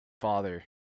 father